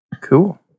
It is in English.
Cool